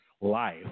life